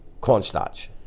cornstarch